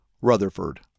Rutherford